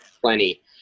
plenty